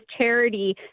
charity